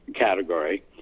category